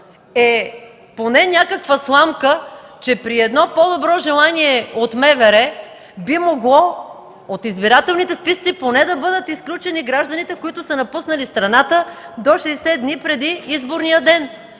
е поне някаква сламка, че при по-добро желание от МВР от избирателните списъци би могло поне да бъдат изключени гражданите, напуснали страната до 60 дни преди изборния ден.